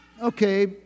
okay